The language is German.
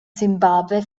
simbabwe